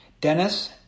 Dennis